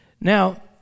Now